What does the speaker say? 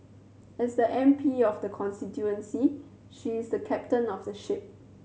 as the M P of the constituency she is the captain of the ship